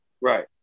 Right